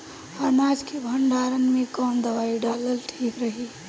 अनाज के भंडारन मैं कवन दवाई डालल ठीक रही?